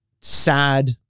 sad